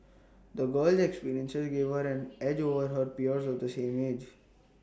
the girl's experiences gave her an edge over her peers of the same age